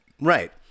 Right